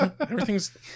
Everything's